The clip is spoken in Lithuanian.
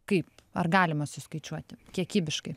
kaip ar galima suskaičiuoti kiekybiškai